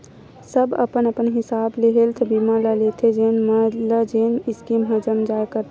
सब अपन अपन हिसाब ले हेल्थ बीमा ल लेथे जेन ल जेन स्कीम ह जम जाय करथे